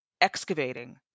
excavating